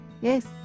Yes